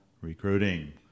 recruiting